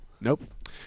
nope